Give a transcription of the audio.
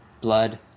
Blood